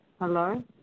Hello